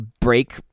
Break